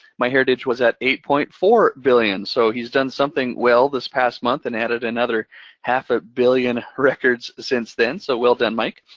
myheritage was at eight point four billion, so he's done something well this past month and added another half a billion records since then, so well done, mike.